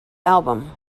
album